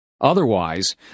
Otherwise